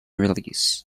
release